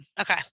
Okay